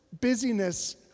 busyness